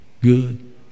good